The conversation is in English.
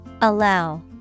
Allow